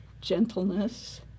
gentleness